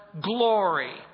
Glory